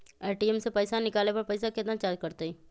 ATM से पईसा निकाले पर पईसा केतना चार्ज कटतई?